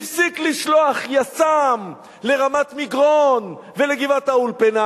הפסיק לשלוח יס"מ לרמת-מגרון ולגבעת-האולפנה,